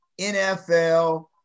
NFL